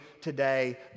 today